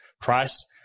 price